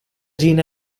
gene